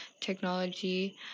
technology